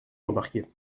remarqué